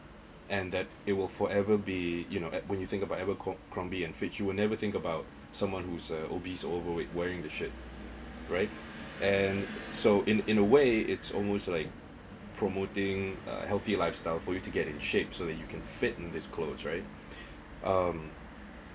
and that it will forever be you know when you think about abercrombie and fitch you will never think about someone who's a obese or overweight wearing the shirt right and so in in a way it's almost like promoting a healthy lifestyle for you to get in shape so that you can fit in disclose right um